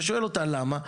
אתה שואל אותה, למה?